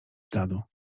śladu